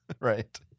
Right